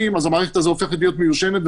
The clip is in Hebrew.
אז המערכת הזאת הופכת להיות מיושנת,